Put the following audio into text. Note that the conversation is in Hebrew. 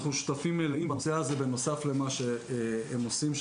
אנחנו שותפים מלאים בנושא הזה בנוסף למה שהם עושים.